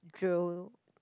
drool